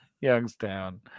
Youngstown